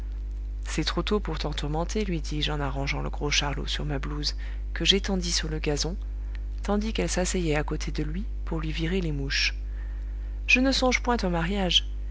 c'est trop tôt pour t'en tourmenter lui dis-je en arrangeant le gros charlot sur ma blouse que j'étendis sur le gazon tandis qu'elle s'asseyait à côté de lui pour lui virer les mouches je ne songe point au mariage